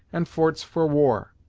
and forts for war.